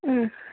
اۭہ